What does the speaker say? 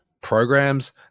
programs